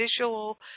visual